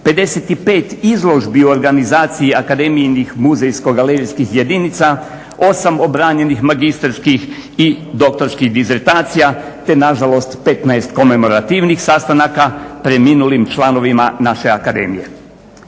55 izložbi u organizaciji akademijinih muzejsko-galerijskih jedinica, 8 obranjenih magistarskih i doktorskih disertacija, te na žalost 15 komemorativnih sastanaka preminulim članovima naše Akademije.